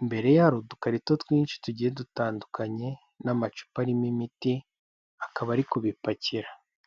imbere ya udukarito twinshi tugiye dutandukanye n'amacupa arimo imiti, akaba ari kubipakira.